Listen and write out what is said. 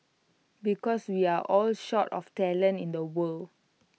because we are all short of talent in the world